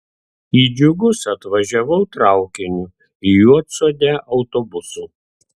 į džiugus atvažiavau traukiniu į juodsodę autobusu